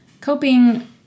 coping